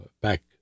back